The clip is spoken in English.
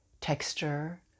texture